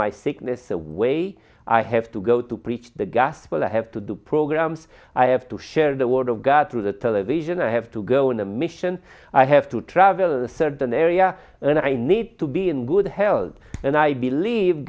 my sickness away i have to go to preach the gospel i have to do programs i have to share the word of god through the television i have to go on a mission i have to travel certain area and i need to be in good health and i believe